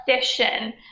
session